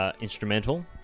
instrumental